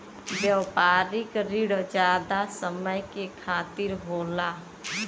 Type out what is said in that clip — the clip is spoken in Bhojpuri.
व्यापारिक रिण जादा समय के खातिर होला